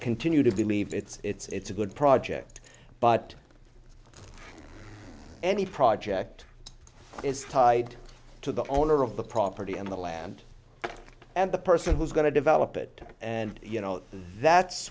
continue to believe it's a good project but any project is tied to the owner of the property and the land and the person who is going to develop it and you know that's